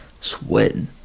sweating